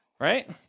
right